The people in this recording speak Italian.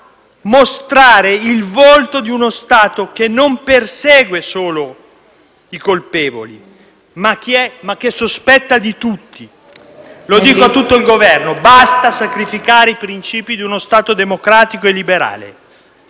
a mostrare il volto di uno Stato che non persegue solo i colpevoli, ma che sospetta di tutti. Mi rivolgo a tutto il Governo: basta sacrificare i principi di uno Stato democratico e liberale,